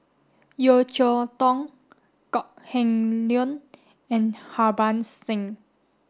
Yeo Cheow Tong Kok Heng Leun and Harbans Singh